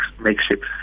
makeshift